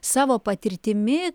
savo patirtimi